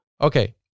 Okay